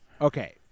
okay